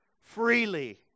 Freely